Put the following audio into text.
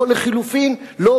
או לחלופין: לא,